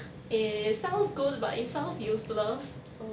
eh sounds good but it sounds useless